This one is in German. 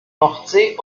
nordsee